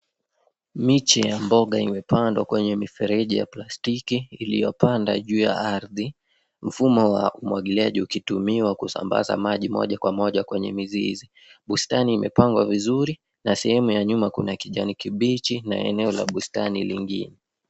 Miche ya mboga imepandwa kwenye mifereji ya plastiki, iliyopanda juu ya ardhi. Mfumo wa umwagiliaji ukitumiwa kusambaza maji moja kwa moja kwenye mizizi. Bustani imepangwa vizuri, na sehemu ya nyuma kuna kijani kibichi, na eneo la bustani lingine.